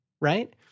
right